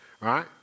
right